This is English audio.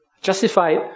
Justified